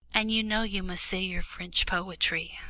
and you know you must say your french poetry.